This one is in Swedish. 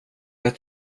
ett